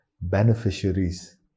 beneficiaries